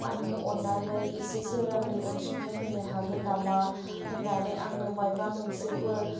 आङो अन्नानै एसेसो रांनि अनसुंथाइ होनो हागोन नामा होन्नानै आंनो मायबा मोनसेफोर